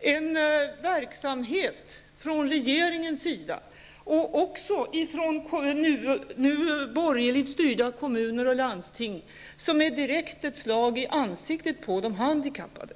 Det är en verksamhet från regeringens sida, liksom också från borgerligt styrda kommuners och landstings sida, som är ett direkt slag i ansiktet på de handikappade.